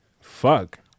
fuck